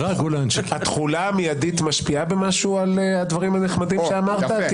התחולה המיידית משפיעה במשהו על הדברים הנחמדים שאמרת?